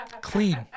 Clean